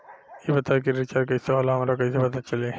ई बताई कि रिचार्ज कइसे होला हमरा कइसे पता चली?